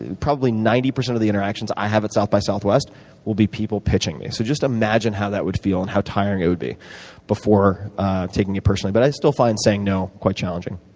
probably ninety percent of the interactions i have at south by southwest will be people pitching me. so just imagine how that would feel and how tiring it would be before taking it personally. but i still find saying no quite challenging.